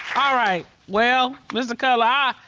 all right, well, mr. cutler,